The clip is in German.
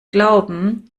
glauben